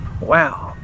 Wow